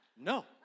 no